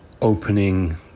opening